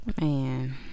Man